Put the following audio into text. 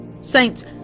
Saints